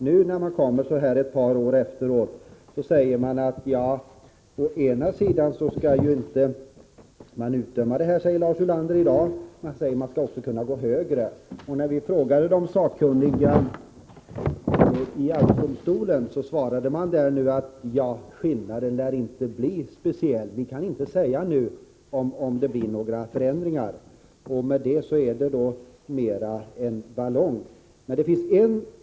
Nu ett par år senare säger Lars Ulander å ena sidan att man inte skall utdöma sådana här skadestånd, å andra sidan att högre belopp skall kunna tas ut. När vi frågade de sakkunniga iarbetsdomstolen om detta svarade de att skillnaden inte lär bli speciellt stor. De kunde inte nu säga om det alls blir några förändringar. I och med detta har denna regel karaktären av en ballong.